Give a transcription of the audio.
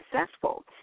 successful